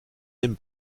den